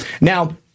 Now